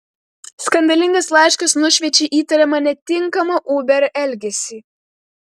skandalingas laiškas nušviečia įtariamą netinkamą uber elgesį